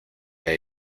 hay